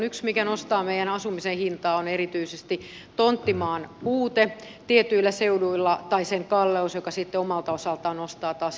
yksi mikä nostaa meidän asumisen hintaa on erityisesti tonttimaan puute tietyillä seuduilla tai sen kalleus joka sitten omalta osaltaan nostaa taas hintoja ulottumattomiin